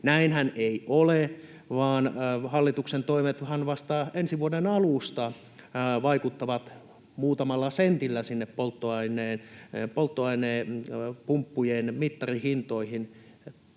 Näinhän ei ole, vaan hallituksen toimethan vasta ensi vuoden alusta vaikuttavat muutamalla sentillä sinne polttoainepumppujen mittarihintoihin,